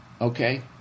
Okay